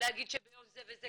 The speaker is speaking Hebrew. להגיד שביום זה וזה,